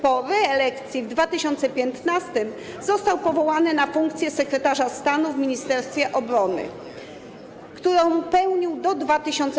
Po reelekcji w 2015 r. został powołany na funkcję sekretarza stanu w Ministerstwie Obrony, którą pełnił do 2018